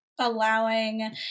allowing